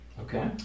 okay